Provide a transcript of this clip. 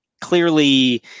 clearly